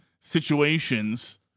situations